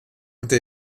unter